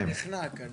נחנק.